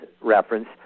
reference